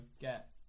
get